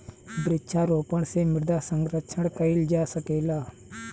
वृक्षारोपण से मृदा संरक्षण कईल जा सकेला